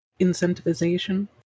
incentivization